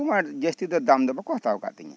ᱠᱷᱩᱵ ᱟᱸᱴ ᱡᱟᱹᱥᱛᱤ ᱫᱟᱢ ᱫᱚ ᱵᱟᱠᱚ ᱦᱟᱛᱟᱣ ᱟᱠᱟᱫ ᱛᱤᱧᱟᱹ